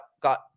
got